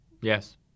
Yes